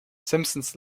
simpsons